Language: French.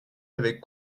avec